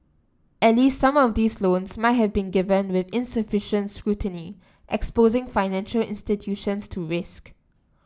at least some of these loans might have been given with insufficient scrutiny exposing financial institutions to risk